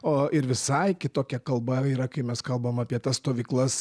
o ir visai kitokia kalba yra kai mes kalbam apie tas stovyklas